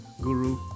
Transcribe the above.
guru